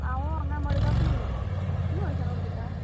हांव हांगा मडगांवसून उलयतां तुमी खंयसान उलयता